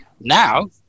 Now